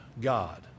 God